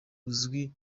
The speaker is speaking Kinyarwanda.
uzwi